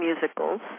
musicals